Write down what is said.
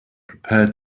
prepared